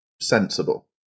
sensible